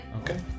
Okay